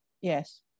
yes